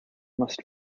must